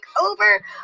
over